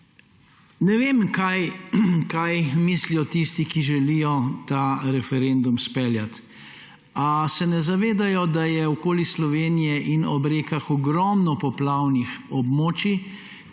ne vem, kaj mislijo tisti, ki želijo ta referendum izpeljati. Ali se ne zavedajo, da je okoli Slovenije in ob rekah ogromno poplavnih območij,